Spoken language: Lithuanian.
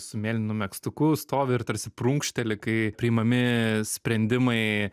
su mėlynu megztuku stovi ir tarsi prunkšteli kai priimami sprendimai